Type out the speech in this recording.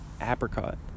apricot